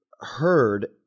heard